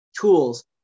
tools